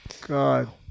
god